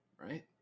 right